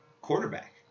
quarterback